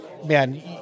Man